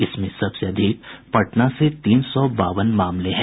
इसमें सबसे अधिक पटना से तीन सौ बावन मामले हैं